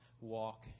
walk